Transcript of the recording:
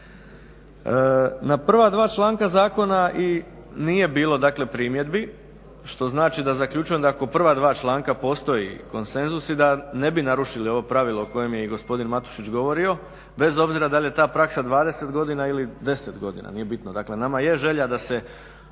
Na prva dva članka Zakona i nije bilo dakle primjedbi što znači da zaključujem da ako prva članka postoji konsenzusi da ne bi narušili ovo pravilo o kojem je i gospodin Matušić govorio bez obzira da li je ta praksa 20 godina ili 10 godina, nije bitno. Dakle, nama je želja da se